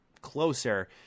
closer